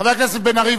חבר הכנסת בן-ארי,